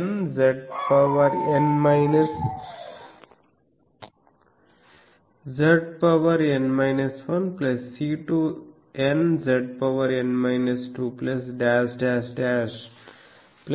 N Z N 1 C2 N ZN 2